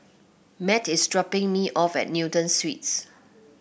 Matt is dropping me off at Newton Suites